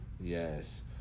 Yes